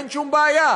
אין שום בעיה,